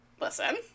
listen